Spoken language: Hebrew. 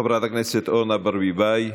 חברת הכנסת אורנה ברביבאי,